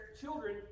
children